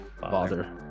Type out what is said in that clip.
bother